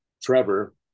trevor